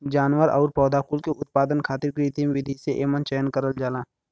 जानवर आउर पौधा कुल के उत्पादन खातिर कृत्रिम विधि से एमन चयन करल जाला